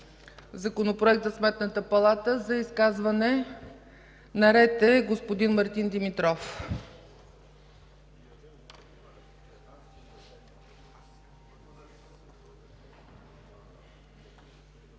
Законопроект за Сметната палата. За изказване наред е господин Мартин Димитров.